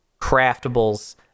craftables